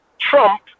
Trump